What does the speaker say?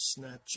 Snapchat